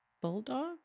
bulldog